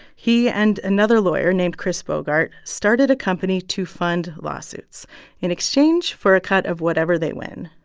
he and another lawyer named chris bogart started a company to fund lawsuits in exchange for a cut of whatever they win.